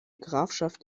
grafschaft